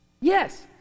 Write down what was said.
Yes